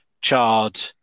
charred